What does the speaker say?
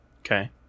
Okay